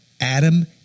Adam